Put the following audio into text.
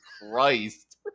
Christ